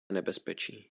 nebezpečí